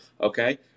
okay